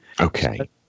okay